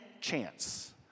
chance